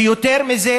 ויותר מזה,